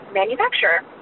manufacturer